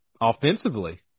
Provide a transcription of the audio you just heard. offensively